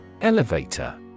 Elevator